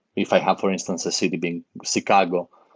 if i have for instance a city being chicago.